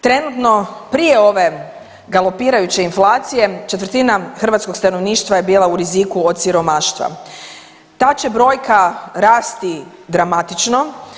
Trenutno prije ove galopirajuće inflacije četvrtina hrvatskog stanovništva je bila u riziku od siromaštva, ta će brojka rasti dramatično.